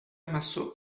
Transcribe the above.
massot